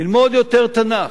ללמוד יותר תנ"ך,